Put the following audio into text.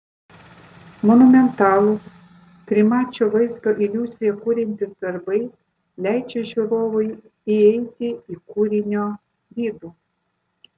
monumentalūs trimačio vaizdo iliuziją kuriantys darbai leidžia žiūrovui įeiti į kūrinio vidų